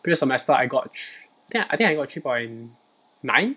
previous semester I got three I think I got three point nine